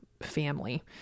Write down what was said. family